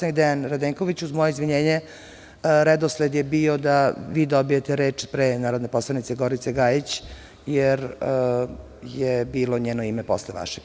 Dejan Radenković, uz moje izvinjenje, redosled je bio da vi dobijete reč pre narodne poslanice Gorice Gajić, jer je bilo njeno ime posle vašeg.